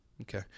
Okay